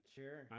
sure